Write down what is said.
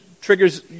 triggers